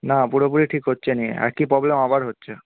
না পুরোপুরি ঠিক হচ্ছে না একই প্রবলেম আবার হচ্ছে